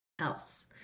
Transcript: else